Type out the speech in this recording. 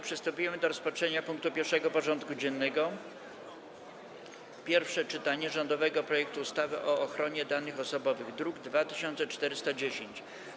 Przystępujemy do rozpatrzenia punktu 1. porządku dziennego: Pierwsze czytanie rządowego projektu ustawy o ochronie danych osobowych (druk nr 2410)